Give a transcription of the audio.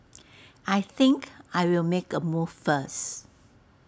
I think I'll make A move first